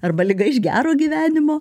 arba liga iš gero gyvenimo